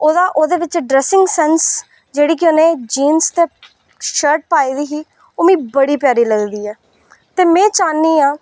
ओह्दा ओह्दे च ड्रैसिंग सैंस जेह्ड़ा कि उ'नें ई ओह्दे ई जीन्स ते शर्ट पाई दी ही ओह् मिगी बड़ी प्यारी लगदी ऐ ते में चाह्न्नी आं